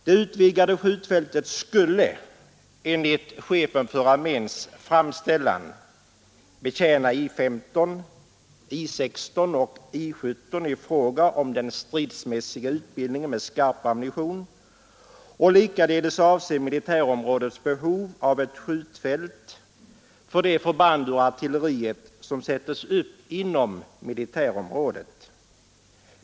Det utvidgade skjutfältet skulle enligt chefens för armén framställan betjäna I 15, I 16 och I 17 i fråga om den stridsmässiga utbildningen med skarp ammunition och likaledes avse militärområdets behov av ett skjutfält för de förband ur artilleriet som sätts upp inom militärområdet.